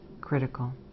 critical